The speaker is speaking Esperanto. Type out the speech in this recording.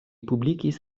publikis